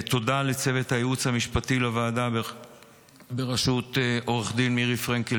תודה לצוות הייעוץ המשפטי לוועדה בראשות עו"ד מירי פרנקל